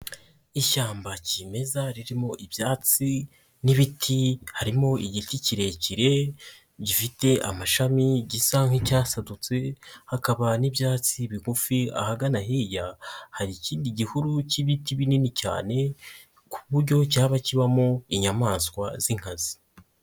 Ishyamba kimeza ririmo ibyatsi n'ibiti harimo igiti kirekire gifite amashami gisa nk'icyasadutse, hakaba n'ibyatsi bigufi, ahagana hirya hari ikindi gihuru cy'ibiti binini cyane ku buryo cyaba kibamo inyamaswa z'inkazi.